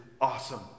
awesome